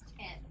ten